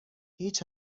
هیچ